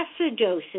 acidosis